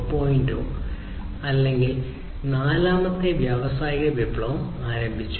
0 അല്ലെങ്കിൽ നാലാമത്തെ വ്യാവസായിക വിപ്ലവം ആരംഭിച്ചു